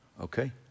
okay